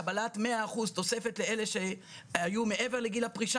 קבלת 100% תוספת לאלה שהיו מעבר לגיל הפרישה,